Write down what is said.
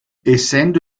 essendo